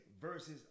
versus